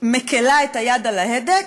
מקלה את היד על ההדק,